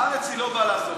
בארץ היא לא באה לעזור לך.